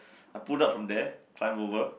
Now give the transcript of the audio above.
I pulled up from there climb over